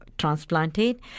transplanted